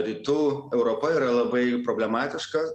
rytų europa yra labai problematiška